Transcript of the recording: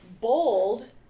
bold